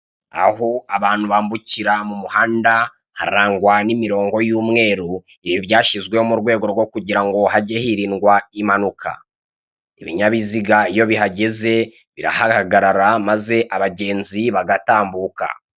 Aho abantu bambukira mumuhanda harangwa n'imirongo y'umweru, ibi byashyizweho murwego rwo kugirango hajye hirindwa impanuka. Ibinyabiziga iyo bihageze birahahagarara maze abagenzi bagatambuka.